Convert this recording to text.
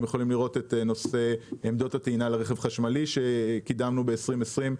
אתם יכולים לראות את נושא עמדות הטעינה לרכב החשמלי שקידמנו ב2020,